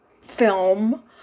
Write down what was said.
film